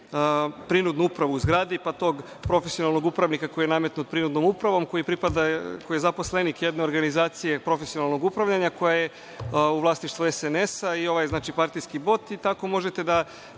prinudnu upravu u zgradi, pa tog profesionalnog upravnika koji je nametnut prinudnom upravom, koji je zaposlenik jedne organizacije profesionalnog upravljanja koja je u vlasništvu SNS, ovaj je znači partijski bot, i tako možete da